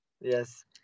Yes